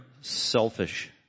selfish